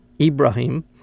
Ibrahim